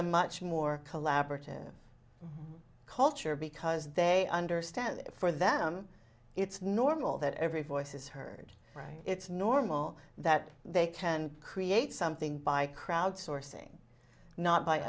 a much more collaborative culture because they understand that for them it's normal that every voice is heard right it's normal that they can create something by crowdsourcing not by